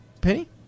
Penny